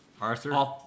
Arthur